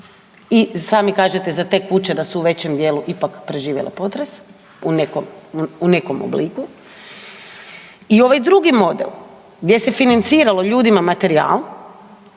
i sami kažete za te kuće da su u većem dijelu ipak preživjele potres u nekom obliku i ovaj drugi oblik gdje se financiralo ljudima materija,